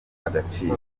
agaciro